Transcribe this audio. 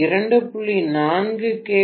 4 K